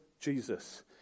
Jesus